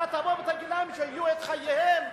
אתה תבוא ותגיד להם שישנו את חייהם?